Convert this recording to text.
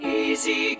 easy